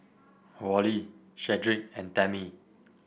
Wally Shedrick and Tammy